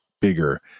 bigger